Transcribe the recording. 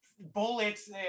bullets